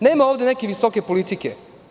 Nema ovde neke visoke politike.